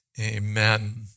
amen